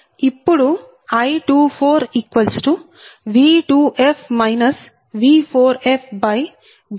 ఇప్పుడు I24V2f V4f j0